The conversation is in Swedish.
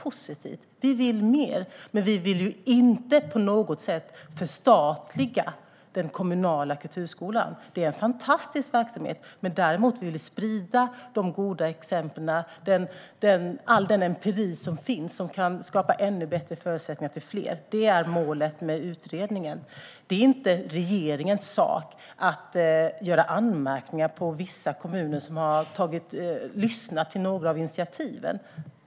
Vi vill mer. Men vi vill inte på något sätt förstatliga den kommunala kulturskolan. Det är en fantastisk verksamhet. Däremot vill vi sprida de goda exemplen och all den empiri som finns som kan skapa ännu bättre förutsättningar till fler. Det är målet med utredningen. Det är inte regeringens sak att anmärka på vissa kommuner som har lyssnat på några av initiativen.